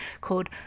called